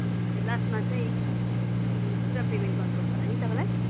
ए हुन्छ लास्टमा चाहिँ पुरा पेमेन्ट गर्नुपर्छ होला नि तपाईँलाई